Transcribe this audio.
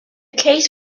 case